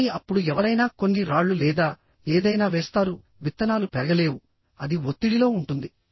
కానీ అప్పుడు ఎవరైనా కొన్ని రాళ్ళు లేదా ఏదైనా వేస్తారు విత్తనాలు పెరగలేవు అది ఒత్తిడిలో ఉంటుంది